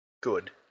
Good